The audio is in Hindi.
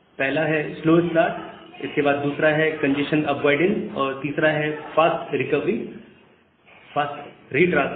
पहला है स्लो स्टार्ट इसके बाद दूसरा है कंजेस्शन अवॉइडेंस और तीसरा है फास्ट रिकवरी और फास्ट रिट्रांसमिट